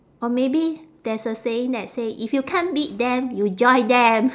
or maybe there's a saying that say if you can't beat them you join them